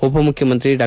ಉಪಮುಖ್ಯಮಂತ್ರಿ ಡಾ